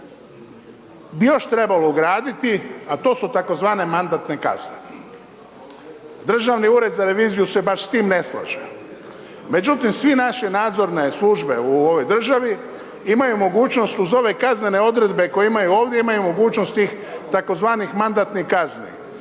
još trebalo ugraditi, a to su tzv. mandatne kazne, Državni ured za reviziju se baš s tim ne slaže. Međutim, sve naše nadzorne službe u ovoj državi imaju mogućnost uz ove kaznene odredbe koje imaju ovdje, imaju mogućnost tih tzv. mandatnih kazni.